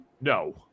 No